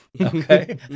okay